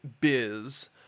biz